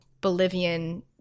Bolivian